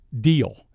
deal